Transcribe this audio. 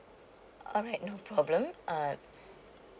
alright no problem uh